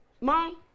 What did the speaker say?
Mom